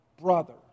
brother